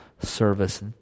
service